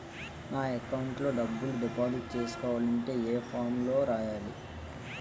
నా అకౌంట్ లో డబ్బులు డిపాజిట్ చేసుకోవాలంటే ఏ ఫామ్ లో రాయాలి?